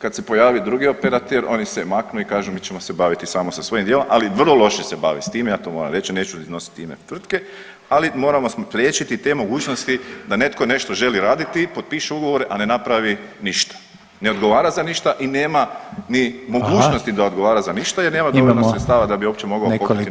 Kad se pojavio drugi operater oni se maknu i kažu mi ćemo se baviti samo sa svojim dijelom, ali vrlo loše se bavi s time ja to moram reći, neću iznositi ime tvrtke, ali moramo spriječiti te mogućnosti da netko nešto želi raditi i potpiše ugovore, a ne napravi ništa, ne odgovara za ništa i nema ni mogućnosti [[Upadica Reiner: Hvala.]] da odgovara za ništa jer nema dovoljno sredstava da bi uopće mogao pokriti moguću štetu.